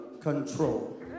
control